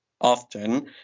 often